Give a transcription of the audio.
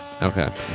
Okay